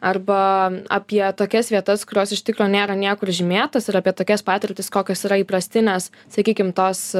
arba apie tokias vietas kurios iš tikro nėra niekur žymėtos ir apie tokias patirtis kokios yra įprastinės sakykim tos